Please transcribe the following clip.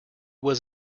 was